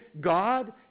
God